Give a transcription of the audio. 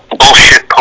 bullshit